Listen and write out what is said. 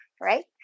right